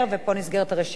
ופה נסגרת הרשימה.